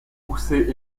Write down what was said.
poussées